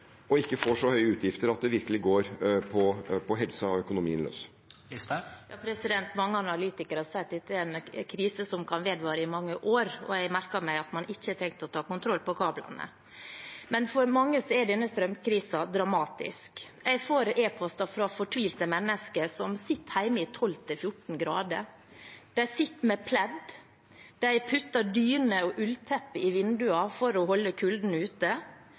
og ikke får så høye utgifter at det virkelig går på helsa og økonomien løs. Mange analytikere sier at dette er en krise som kan vedvare i mange år, og jeg merker meg at man ikke har tenkt å ta kontroll over kablene. Men for mange er denne strømkrisen dramatisk. Jeg får e-poster fra fortvilte mennesker som sitter hjemme i 12–14 grader. De sitter med pledd, de putter dyner og ulltepper i vinduene for å holde kulden ute.